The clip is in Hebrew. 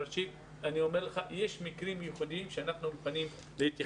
אני אומר לך שיש מקרים ייחודיים שאנחנו מוכנים להתייחס אליהם.